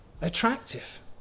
attractive